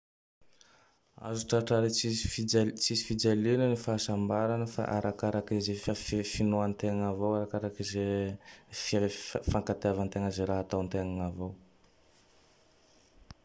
Azo tratrary tsisy fijal- tsisy fijaliana ny fahasambaragne fa arakarak ze fi-finoategna avao. Arakarake ze fe-fi-fankatiavategna ze raha ataotegna avao.